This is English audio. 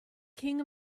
king